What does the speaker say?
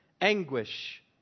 Anguish